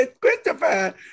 Christopher